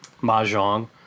mahjong